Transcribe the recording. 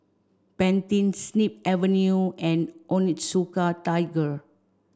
Pantene Snip Avenue and Onitsuka Tiger